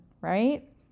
right